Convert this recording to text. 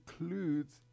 includes